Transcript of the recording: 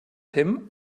him